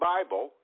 Bible